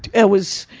it was,